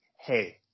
hey